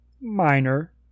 minor